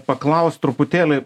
paklaust truputėlį